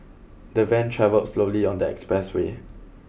the van travelled slowly on the expressway